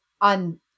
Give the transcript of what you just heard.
on